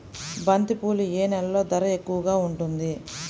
బంతిపూలు ఏ నెలలో ధర ఎక్కువగా ఉంటుంది?